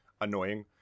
annoying